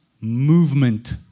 movement